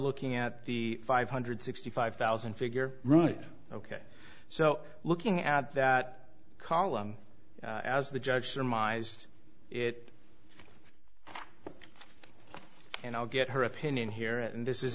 looking at the five hundred sixty five thousand figure right ok so looking at that column as the judge surmised it and i'll get her opinion here and this is